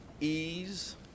ease